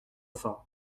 fort